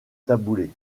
taboulé